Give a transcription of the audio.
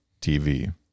TV